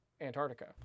Antarctica